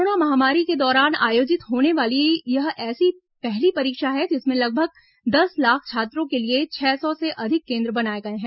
corona महामारी के दौरान आयोजित होने वाली यह ऐसी पहली परीक्षा है जिसमें लगभग दस लाख छात्रों के लिए छह सौ से अधिक केंद्र बनाये गये हैं